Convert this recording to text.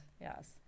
Yes